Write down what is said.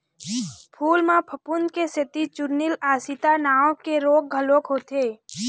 फूल म फफूंद के सेती चूर्निल आसिता नांव के रोग घलोक होथे